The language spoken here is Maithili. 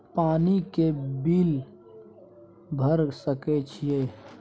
पानी के बिल भर सके छियै?